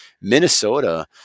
minnesota